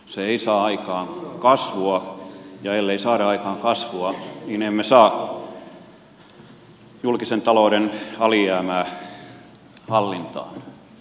se ei saa aikaan kasvua ja ellei saada aikaan kasvua niin emme saa julkisen talouden alijäämää hallintaan